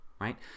right